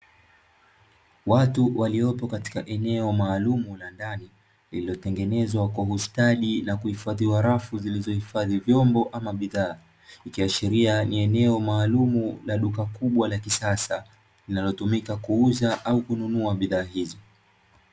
Watu waliopo katika eneo maalum la ndani, lililotengenezwa kwa ustadi na kuhifadhiwa rafu zilizohifadhi vyombo ama bidhaa, ikiashiria ni eneo maalumu la duka kubwa la kisasa linalotumika kuuza au kununua bidhaa hizi.